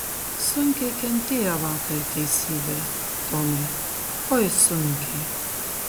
sunkiai kentėjo vakar teisybė tomai oi sunkiai